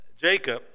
Jacob